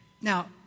Now